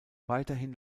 weiterhin